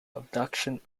abduction